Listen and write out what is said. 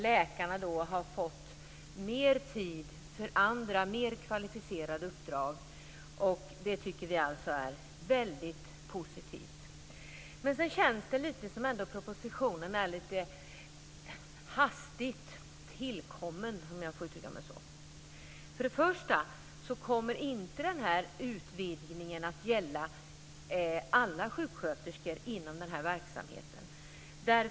Läkarna får nu mer tid till andra och mer kvalificerade uppdrag, och det tycker vi är väldigt positivt. Det känns ändå som om propositionen är lite hastigt tillkommen, om jag får uttrycka mig så. Först och främst kommer utvidgningen inte att gälla alla sjuksköterskor inom den här verksamheten.